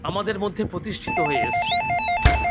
আমাদের মধ্যে প্রতিষ্ঠিত হয়ে এসছে